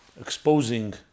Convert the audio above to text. exposing